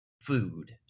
food